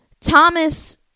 Thomas